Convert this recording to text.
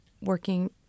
working